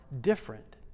different